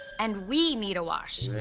and we need a wash.